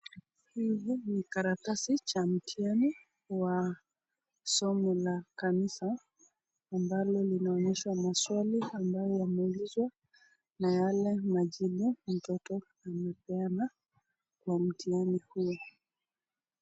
Hii ni karatasi cha mtihani wa somo la kanisa ambalo linaonyeshwa maswali ambayo yameulizwa na yale majibu mtoto amepeana kwa mtihani huo.